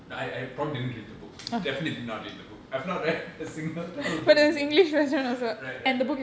I I probably didn't read the book definitely did not read the book I've not read a single tamil book in years right right right